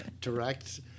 Direct